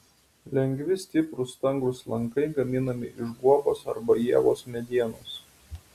lengvi stiprūs stangrūs lankai gaminami iš guobos arba ievos medienos